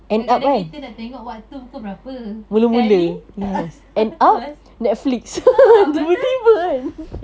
kadang-kadang kita nak tengok waktu pukul berapa sekali a'ah lepas a'ah betul